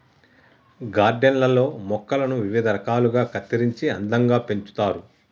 garden లల్లో మొక్కలను వివిధ రకాలుగా కత్తిరించి అందంగా పెంచుతారు